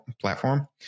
platform